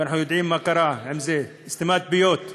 ואנחנו יודעים מה קרה עם זה: סתימת פיות.